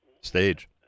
Stage